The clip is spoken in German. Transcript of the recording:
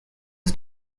ist